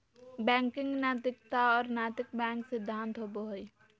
banking नैतिकता और नैतिक बैंक सिद्धांत होबो हइ